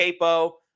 Capo